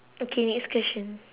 okay next question